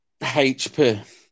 HP